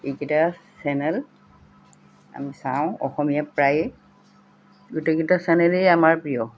এইকেইটা চেনেল আমি চাওঁ অসমীয়া প্ৰায়েই গোটেইকেইটা চেনেলেই আমাৰ প্ৰিয়